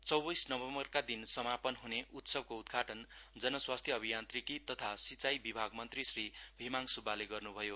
चौबीस नोभेम्बरका दिन समापन हुने उत्सवको उद्घाटन जन स्वास्थ्य अभियान्त्रीकि तथा सिँचाई विभाग मन्त्री श्री भीमहाङ सुब्बाले गर्न्भयो